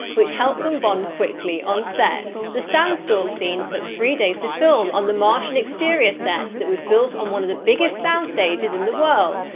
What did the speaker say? which helped them bond quickly on set. the sandstorm scene took three days to film on the martian exterior set that was built on one of the biggest soundstages in the world,